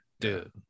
Dude